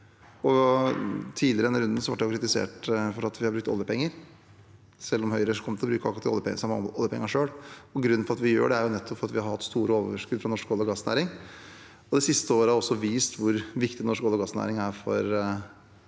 Tidligere i denne runden ble jeg kritisert for at vi har brukt oljepenger, selv om Høyre hadde kommet til å bruke akkurat de samme oljepengene selv. Grunnen til at vi gjør det, er nettopp at vi har hatt store overskudd fra norsk olje- og gassnæring. Det siste året har også vist hvor viktig norsk oljeog gassnæring er for